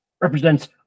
represents